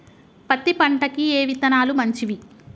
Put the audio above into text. పత్తి పంటకి ఏ విత్తనాలు మంచివి?